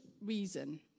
reason